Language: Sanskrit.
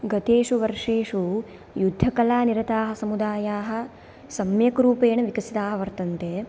गतेषु वर्षेषु युद्धकलानिरताः समुदायाः सम्यक् रूपेण विकसिताः वर्तन्ते